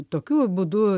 tokiu būdu